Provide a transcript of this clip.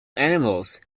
animals